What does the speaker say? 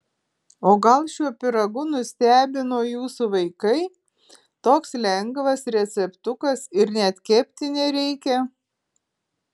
o gal šiuo pyragu nustebino jūsų vaikai toks lengvas receptukas ir net kepti nereikia